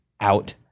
out